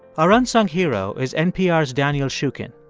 our unsung hero is npr's daniel shukin.